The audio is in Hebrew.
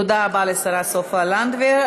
תודה לשרה סופה לנדבר.